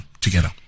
together